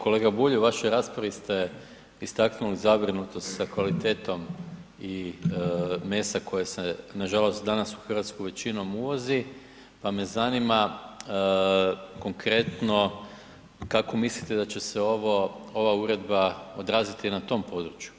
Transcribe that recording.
Kolega Bulj u vašoj raspravi ste istaknuli zabrinutost sa kvalitetom mesa koje se nažalost danas u Hrvatskoj većinom uvozi pa me zanima konkretno kako mislite da će se ova uredba odraziti na tom području.